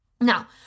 Now